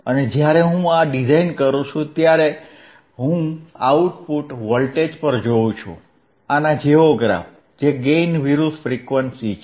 અને જ્યારે હું આ ડિઝાઇન કરું છું ત્યારે હું આઉટપુટ વોલ્ટેજ પર જોઉં છું આના જેવો ગ્રાફ જે ગેઇન વિરુધ્ધ ફ્રીક્વન્સી છે